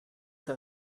der